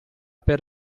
per